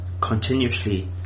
continuously